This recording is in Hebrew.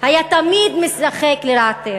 היה תמיד משחק לרעתנו,